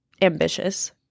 ambitious